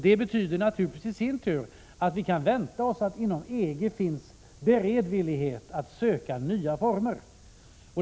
Det betyder naturligtvis i sin tur att vi kan vänta oss att det inom EG finns beredvillighet att söka nya former.